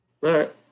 Right